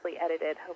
edited